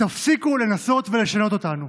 תפסיקו לנסות ולשנות אותנו.